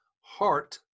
heart